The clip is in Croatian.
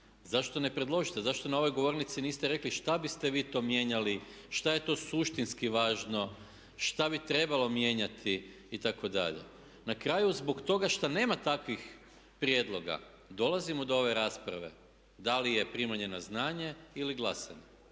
Zašto ne predložite? Zašto na ovoj govornici niste rekli šta biste vi to mijenjali, šta je to suštinski važno, šta bi trebalo mijenjati itd..? Na kraju zbog toga što nema takvih prijedloga dolazimo do ove rasprave, da li je primanje na znanje ili glasanje